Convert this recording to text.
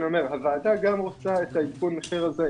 הוועדה גם רוצה את העדכון מחיר הזה,